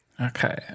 Okay